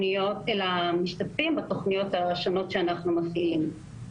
למשתתפים בתוכניות השונות שאנחנו מפעילים.